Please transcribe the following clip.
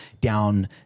down